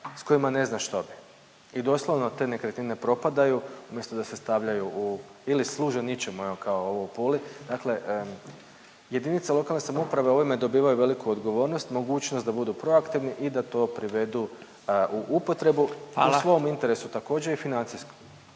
s kojima ne zna što bi. I doslovno te nekretnine propadaju umjesto da se stavljaju u ili služe ničemu evo kao ovo u Puli. Dakle jedinice lokalne samouprave ovime dobivaju veliku odgovornost, mogućnost da budu proaktivni i da to privedu u upotrebu …/Upadica Radin: Hvala./… u svom interesu, također i financijskom.